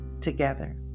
together